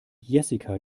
jessica